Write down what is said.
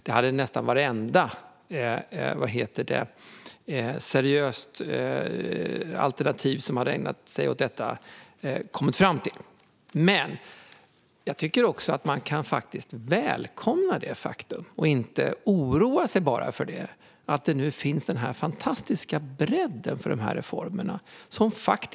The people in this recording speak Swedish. Det hade nästan vartenda seriöst alternativ som ägnat sig åt detta kommit fram till. Jag tycker att man kan välkomna det faktum, och inte bara oroa sig för det, att det nu finns en fantastisk bredd för dessa reformer.